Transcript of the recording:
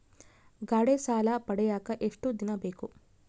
ಗಾಡೇ ಸಾಲ ಪಡಿಯಾಕ ಎಷ್ಟು ದಿನ ಬೇಕು?